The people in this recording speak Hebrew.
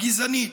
הגזענית,